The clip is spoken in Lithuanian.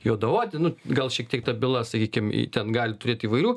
juodaodį nu gal šiek tiek ta byla sakykim ten gali turėt įvairių